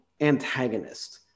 antagonist